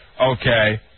okay